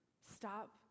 Stop